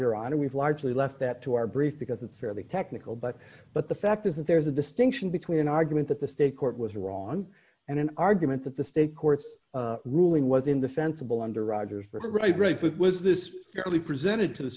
your honor we've largely left that to our brief because it's fairly technical but but the fact is that there's a distinction between an argument that the state court was wrong and an argument that the state courts ruling was indefensible under rodgers for the right race with was this fairly presented to the